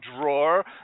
drawer